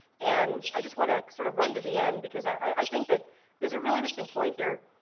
and i just want to sort of run to the end because i think that there's a real interesting point here.